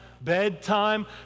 bedtime